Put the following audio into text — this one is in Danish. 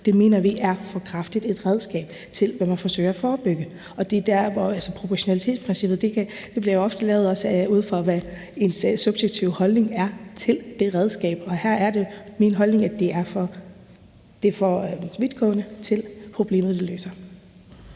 det mener vi er for kraftigt et redskab, i forhold til hvad man forsøger at forebygge. Proportionalitetsprincippet bliver jo ofte lavet, ud fra hvad en subjektiv holdning er til det redskab, og her er det min holdning, at det er for vidtgående i forhold til problemet, det løser.